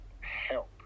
help